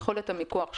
יכולת המיקוח שלהם,